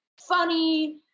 funny